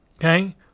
Okay